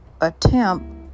attempt